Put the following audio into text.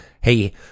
hey